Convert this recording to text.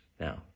Now